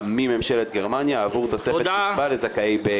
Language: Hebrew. ממשלת גרמניה עבור תוספת קצבה לזכאים.